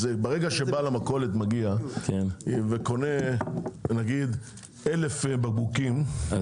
ברגע שבעל המכולת מגיע וקונה 1,000 בקבוקים אז